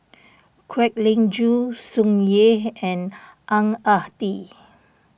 Kwek Leng Joo Tsung Yeh and Ang Ah Tee